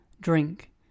Drink